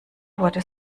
wurde